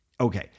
Okay